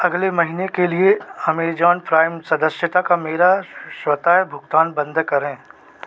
अगले महीने के लिए अमेजन प्राइम सदस्यता का मेरा स्वतः भुगतान बंद करें